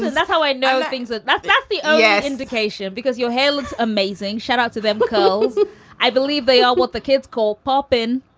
that's how i know things. that that's that's the yeah indication because your hair looks amazing. shout out to them because i believe they are what the kids call pop in